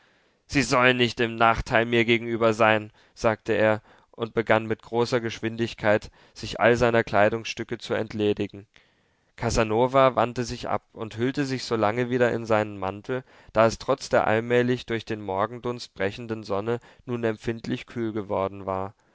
sie sollen nicht im nachteil mir gegenüber sein sagte er und begann mit großer geschwindigkeit sich all seiner kleidungsstücke zu entledigen casanova wandte sich ab und hüllte sich solange wieder in seinen mantel da es trotz der allmählich durch den morgendunst brechenden sonne nun empfindlich kühl geworden war